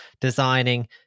designing